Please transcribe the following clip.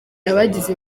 abagize